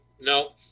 No